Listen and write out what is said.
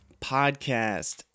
Podcast